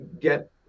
get